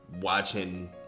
watching